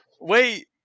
Wait